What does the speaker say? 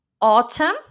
Autumn